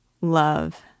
love